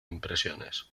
impresiones